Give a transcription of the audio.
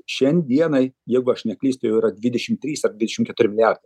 šiandienai jeigu aš neklystu jau yra dvidešim trys ar dvidešim keturi milijardai